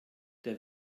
der